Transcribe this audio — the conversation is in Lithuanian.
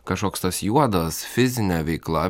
kažkoks tas juodas fizinė veikla